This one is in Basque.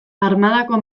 armadako